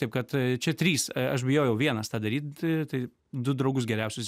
taip kad čia trys aš bijojau vienas tą daryt tai du draugus geriausius